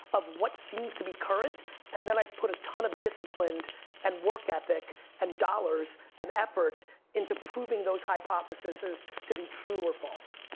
of what seems to be current and then i put a ton of discipline and work ethic and dollars and effort into proving those hypotheses to be true or false.